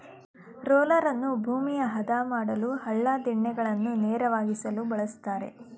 ರೋಲರನ್ನು ಭೂಮಿಯ ಆದ ಮಾಡಲು, ಹಳ್ಳ ದಿಣ್ಣೆಗಳನ್ನು ನೇರವಾಗಿಸಲು ಬಳ್ಸತ್ತರೆ